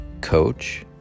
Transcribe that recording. coach